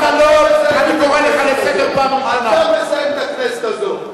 אתה מזהם את הכנסת הזאת.